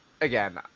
again